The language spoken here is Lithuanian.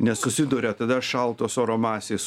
nes susiduria tada šaltos oro masės